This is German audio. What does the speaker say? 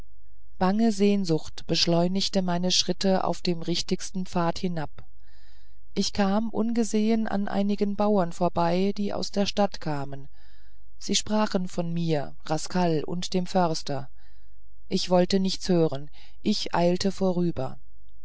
bange sehnsucht beschleunigte meine schritte auf dem richtigsten pfad hinab ich kam ungesehen an einigen bauern vorbei die aus der stadt kamen sie sprachen von mir rascaln und dem förster ich wollte nichts anhören ich eilte vorüber